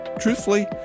Truthfully